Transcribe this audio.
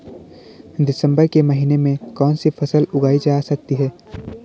दिसम्बर के महीने में कौन सी फसल उगाई जा सकती है?